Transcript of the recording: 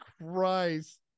Christ